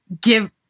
give